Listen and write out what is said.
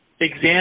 exam